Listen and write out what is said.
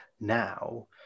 now